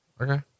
Okay